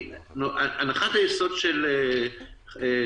הנחת היסוד שלכם,